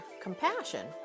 compassion